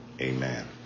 Amen